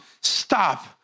stop